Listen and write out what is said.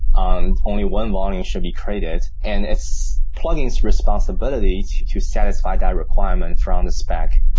um only one volume should be created. and it's plugins responsibility to satisfy that requirement from the spec.